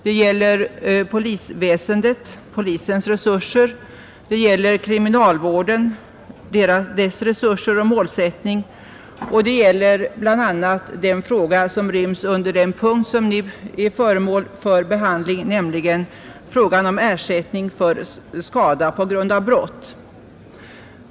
Det gäller polisväsendet och polisens resurser, det gäller kriminalvården, dess resurser och målsättning, och det gäller bl.a. den fråga som ryms under den punkt som nu är föremål för behandling, nämligen frågan om ersättning för skada på grund av brott.